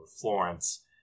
Florence